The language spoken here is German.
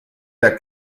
der